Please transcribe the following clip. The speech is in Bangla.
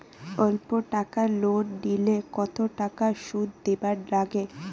অল্প টাকা লোন নিলে কতো টাকা শুধ দিবার লাগে?